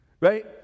Right